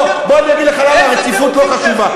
בוא אני אגיד לך למה הרציפות לא חשובה.